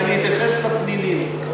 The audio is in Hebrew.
ואני אתייחס לפנינים.